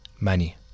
money